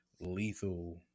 Lethal